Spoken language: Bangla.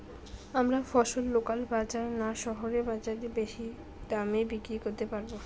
আমরা ফসল লোকাল বাজার না শহরের বাজারে বেশি দামে বিক্রি করতে পারবো?